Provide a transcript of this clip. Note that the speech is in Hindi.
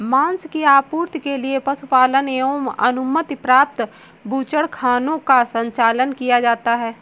माँस की आपूर्ति के लिए पशुपालन एवं अनुमति प्राप्त बूचड़खानों का संचालन किया जाता है